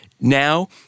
Now